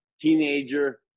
teenager